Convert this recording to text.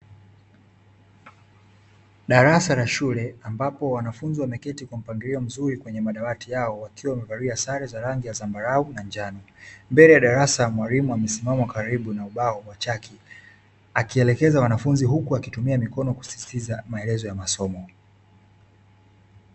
Darasa la shule ambapo wanafunzi wameketi kwa mpangilio mzuri kwenye madawati yao wakiwa wamevalia sare za rangi ya zambarau na njano, mbele ya darasa mwalimu amesimama karibu na ubao wa chaki akielekeza wanafunzi huku akitumia mikono kusisitiza maelezo ya masomo.